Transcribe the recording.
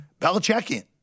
Belichickian